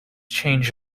change